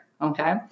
okay